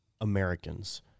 Americans